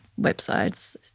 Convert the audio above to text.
websites